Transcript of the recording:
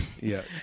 Yes